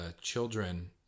children